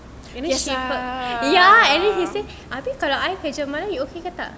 and then ya and then he say abeh kalau I kerja malam you okay ke tak